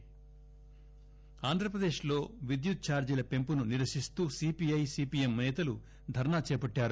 AP arrest ఆంధ్రప్రదేశ్లో విద్యుత్ ఛార్జీల పెంపును నిరసిస్తూ సీపీఐ సీపీఎం సేతలు ధర్నా చేపట్టారు